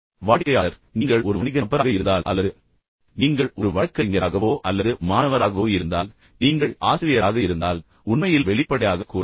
வாடிக்கையாளர் நீங்கள் ஒரு வணிக நபராக இருந்தால் அல்லது வாடிக்கையாளர் நீங்கள் ஒரு வழக்கறிஞராகவோ அல்லது யாராவது அல்லது மாணவராகவோ இருந்தால் நீங்கள் ஆசிரியராக இருந்தால் உண்மையில் வெளிப்படையாக கூறலாம்